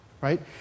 right